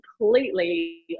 completely